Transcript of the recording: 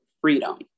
freedom